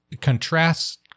contrasts